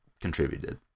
contributed